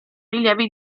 rilievi